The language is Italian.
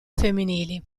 femminili